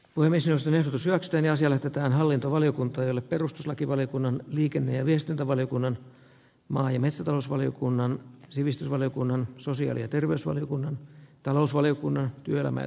uimiseen sen ehdotus lasten ja silitetään hallintovaliokunta jolle perustuslakivaliokunnan liikenne ja viestintävaliokunnan maa ja metsätalousvaliokunnan sivistysvaliokunnan sosiaali ja terveysvaliokunnan talousvaliokunnan työelämä